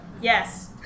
Yes